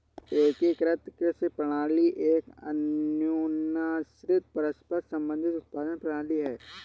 एकीकृत कृषि प्रणाली एक अन्योन्याश्रित, परस्पर संबंधित उत्पादन प्रणाली है